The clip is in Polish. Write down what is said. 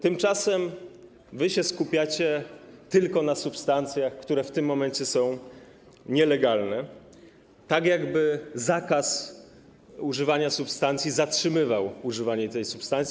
Tymczasem wy skupiacie się tylko na substancjach, które w tym momencie są nielegalne, tak jakby zakaz używania substancji zatrzymywał używanie tej substancji.